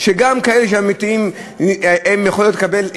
שגם כאלה שהם אמיתיים ויכולים לקבל,